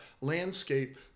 landscape